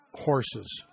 horses